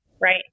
right